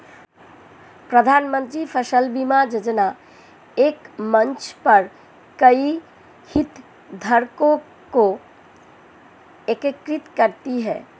प्रधानमंत्री फसल बीमा योजना एक मंच पर कई हितधारकों को एकीकृत करती है